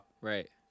Right